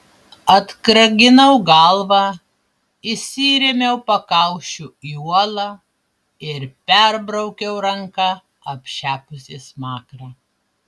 atkraginau galvą įsirėmiau pakaušiu į uolą ir perbraukiau ranka apšepusį smakrą